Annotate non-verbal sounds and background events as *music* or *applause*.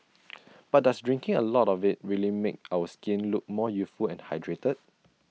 *noise* but does drinking A lot of IT really make our skin look more youthful and hydrated